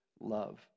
love